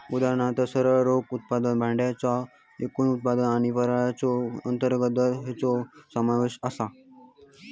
उदाहरणात सरळ रोकड उत्पन्न, भाड्याचा एकूण उत्पन्न आणि परताव्याचो अंतर्गत दर हेंचो समावेश आसा